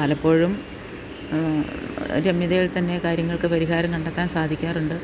പലപ്പോഴും രമ്യതയിൽ തന്നെ കാര്യങ്ങൾക്ക് പരിഹാരം കണ്ടെത്താൻ സാധിക്കാറുണ്ട്